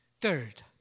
Third